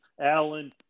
Alan